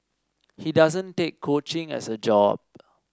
he doesn't take coaching as a job